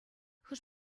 хӑш